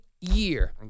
year